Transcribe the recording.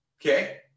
Okay